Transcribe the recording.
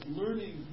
learning